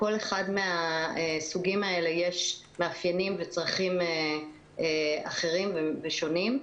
לכל אחד מהסוגים האלה יש מאפיינים וצרכים אחרים ושונים.